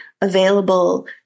available